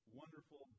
wonderful